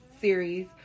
series